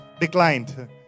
Declined